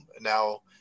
now